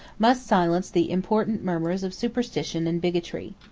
must silence the impotent murmurs of superstition and bigotry.